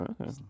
Okay